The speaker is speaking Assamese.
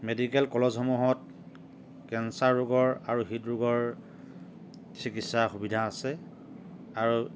মেডিকেল কলেজসমূহত কেঞ্চাৰ ৰোগৰ আৰু হৃদৰোগৰ চিকিৎসাৰ সুবিধা আছে আৰু